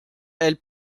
elle